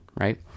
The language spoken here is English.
right